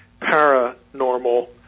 paranormal